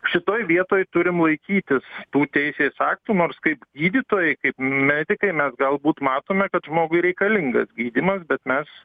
šitoj vietoj turim laikytis tų teisės aktų nors kaip gydytojai kaip medikai mes galbūt matome kad žmogui reikalingas gydymas bet mes